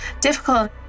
difficult